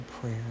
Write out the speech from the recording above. prayer